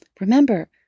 Remember